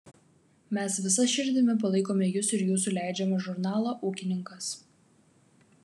mes visa širdimi palaikome jus ir jūsų leidžiamą žurnalą ūkininkas